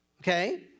Okay